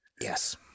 Yes